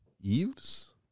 Eves